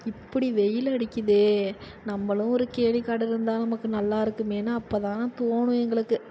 இப்படி வெயில் அடிக்குதே நம்பளும் ஒரு கேணி காடு இருந்தால் நமக்கு நல்லா இருக்குமேன்னு அப்போதான் தோணும் எங்களுக்கு